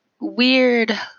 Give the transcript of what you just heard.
Weird